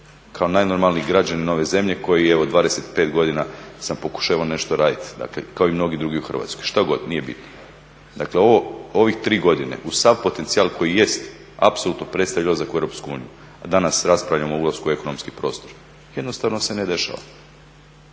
kao najnormalniji građanin ove zemlje koji je od 25 godina sam pokušavao nešto raditi. Dakle, kao i mnogi drugi u Hrvatskoj šta god, nije bitno. Dakle, u ovih tri godine uz sav potencijal koji jest apsolutno predstavlja ulazak u EU, a danas raspravljamo u ulasku u ekonomski prostor. Jednostavno se ne dešava.